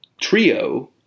trio